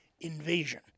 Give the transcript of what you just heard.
invasion